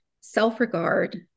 self-regard